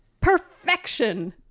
perfection